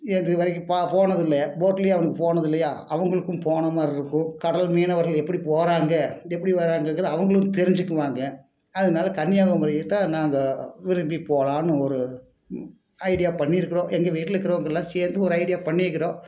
இதுவரைக்கும் போனதில்லை போட்லேயே அவங்க போனதில்லையா அவங்களுக்கும் போன மாதிரிருக்கும் கடல் மீனவர்கள் எப்படி போகிறாங்க எப்படி வர்றாங்கங்கிறத அவங்களும் தெரிஞ்சுக்குவாங்க அதனால் கன்னியாகுமரியை தான் நாங்கள் விரும்பி போகலாம்னு ஒரு ஐடியா பண்ணிருக்கிறோம் எங்கள் வீட்டில் இருக்கிறவங்கெல்லாம் சேர்ந்து ஒரு ஐடியா பண்ணியிருக்கிறோம்